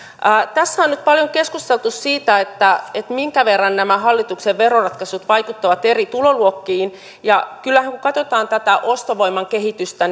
tässä on nyt paljon keskusteltu siitä minkä verran nämä hallituksen veroratkaisut vaikuttavat eri tuloluokkiin kyllähän kun katsotaan tätä ostovoiman kehitystä